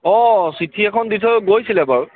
অঁ চিঠি এখন দি থৈ গৈছিলে বাৰু